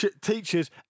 teachers